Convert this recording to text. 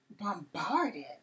bombarded